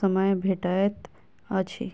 समय भेटैत अछि?